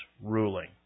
ruling